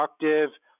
productive